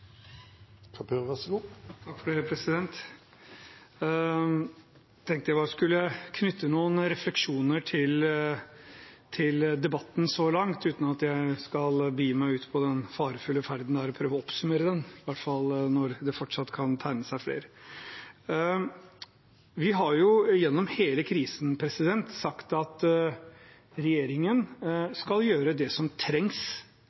tenkte jeg bare skulle knytte noen refleksjoner til debatten så langt, uten at jeg skal begi meg ut på den farefulle ferden det er å prøve å oppsummere den, i hvert fall når flere fortsatt kan tegne seg. Vi har gjennom hele krisen sagt at regjeringen skal gjøre det som trengs